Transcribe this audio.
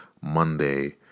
Monday